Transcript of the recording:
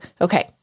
Okay